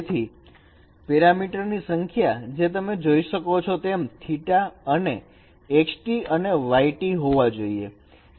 તેથી પેરામીટર ની સંખ્યા જે તમે જોઈ શકો છો તેમ થીટા અને xt અને yt હોવા જોઈએ